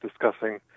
discussing